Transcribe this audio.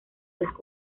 las